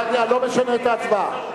אני לא משנה את ההצבעה.